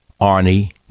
Arnie